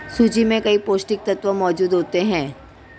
सूजी में कई पौष्टिक तत्त्व मौजूद होते हैं